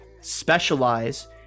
specialize